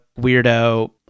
weirdo